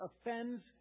offends